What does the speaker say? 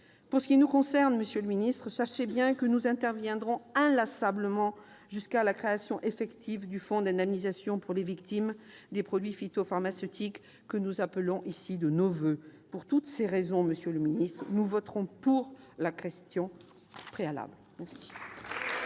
En ce qui nous concerne, monsieur le ministre, sachez bien que nous interviendrons inlassablement jusqu'à la création effective du fonds d'indemnisation des victimes des produits phytopharmaceutiques que nous appelons de nos voeux. Pour toutes ces raisons, nous voterons la motion tendant à voter la question préalable. La